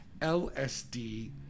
LSD